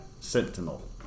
Sentinel